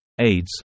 AIDS